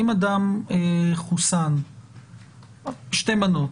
אם אדם חוסן בשתי מנות